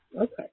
Okay